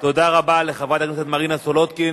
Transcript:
תודה רבה לחברת הכנסת מרינה סולודקין.